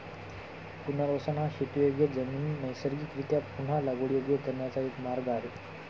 पुनर्वसन हा शेतीयोग्य जमीन नैसर्गिकरीत्या पुन्हा लागवडीयोग्य करण्याचा एक मार्ग आहे